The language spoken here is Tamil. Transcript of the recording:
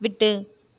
விட்டு